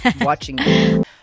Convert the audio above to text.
Watching